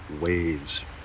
waves